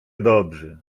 dobrzy